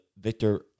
Victor